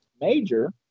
major